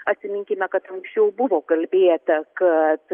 atsiminkime kad anksčiau buvo kalbėta kad